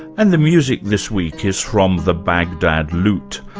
and the music this week is from the baghdad lute,